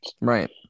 Right